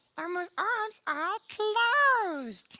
elmo's arms are closed.